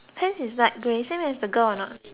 same as the girl or not